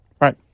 Right